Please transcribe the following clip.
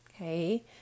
Okay